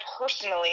personally